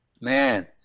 man